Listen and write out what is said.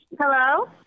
Hello